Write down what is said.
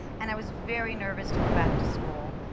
and i was very nervous to go back to school.